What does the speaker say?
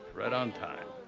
right on time.